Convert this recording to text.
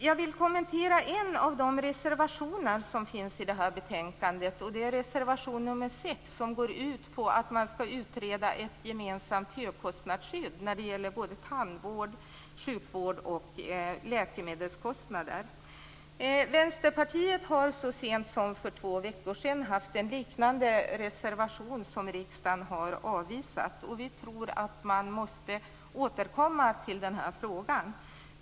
Jag vill kommentera en av de reservationer som finns vid det här betänkandet, nämligen reservation nr 6, som går ut på att man skall utreda ett gemensamt högkostnadsskydd för tandvård, sjukvård och läkemedelskostnader. Vänsterpartiet har så sent som för två veckor sedan haft en liknande reservation som riksdagen har avvisat. Vi tror att man måste återkomma till den här frågan.